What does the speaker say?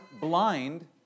blind